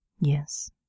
Yes